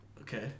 Okay